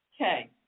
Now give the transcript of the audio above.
okay